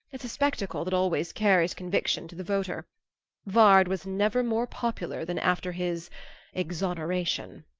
it's a spectacle that always carries conviction to the voter vard was never more popular than after his exoneration.